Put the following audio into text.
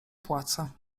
płaca